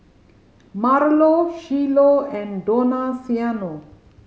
Marlo Shiloh and Donaciano